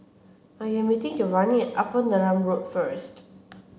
I am meeting Giovani Upper Neram Road first